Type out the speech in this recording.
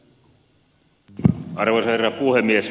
arvoisa herra puhemies